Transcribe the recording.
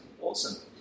awesome